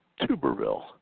Tuberville